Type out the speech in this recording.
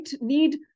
need